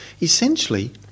Essentially